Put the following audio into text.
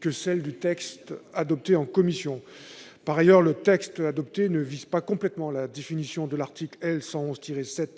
que celle du texte adopté en commission. Par ailleurs, le texte adopté ne recouvre pas complètement la définition de l'article L. 111-7